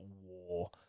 war